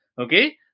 okay